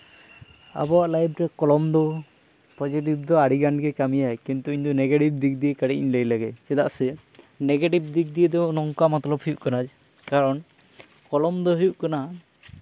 ᱟᱵᱚᱣᱟᱜ ᱞᱟᱭᱤᱯᱷ ᱨᱮ ᱠᱚᱞᱚᱢ ᱫᱚ ᱯᱚᱡᱮᱴᱤᱵᱷ ᱫᱚ ᱟᱹᱰᱤᱜᱟᱱ ᱜᱮᱭ ᱠᱟᱹᱢᱤᱭᱟᱭ ᱠᱤᱱᱛᱩ ᱤᱧᱫᱚ ᱱᱮᱜᱮᱴᱤᱵᱷ ᱫᱤᱠ ᱫᱤᱭᱮ ᱠᱟᱹᱴᱤᱪ ᱤᱧ ᱞᱟᱹᱭ ᱞᱮᱜᱮ ᱪᱮᱫᱟᱜ ᱥᱮ ᱱᱮᱜᱮᱴᱤᱵᱷ ᱫᱤᱠ ᱫᱤᱭᱮ ᱫᱚ ᱚᱱᱟ ᱢᱚᱛᱞᱚᱵ ᱦᱩᱭᱩᱜ ᱠᱟᱱᱟ ᱠᱟᱨᱚᱱ ᱠᱚᱞᱚᱢ ᱫᱚ ᱦᱩᱭᱩᱜ ᱠᱟᱱᱟ